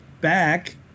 back